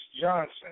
Johnson